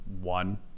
one